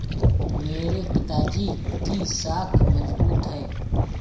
मेरे पिताजी की साख मजबूत है